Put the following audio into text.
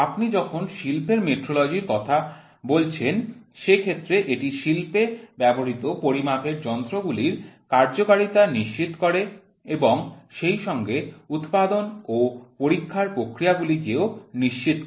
আপনি যখন শিল্পের মেট্রোলজি র কথা বলছেন সে ক্ষেত্রে এটি শিল্পে ব্যবহৃত পরিমাপের যন্ত্রগুলির কার্যকারিতা নিশ্চিত করে এবং সেইসঙ্গে উৎপাদন ও পরীক্ষার প্রক্রিয়াগুলি কে ও নিশ্চিত করে